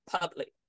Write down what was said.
public